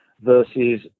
versus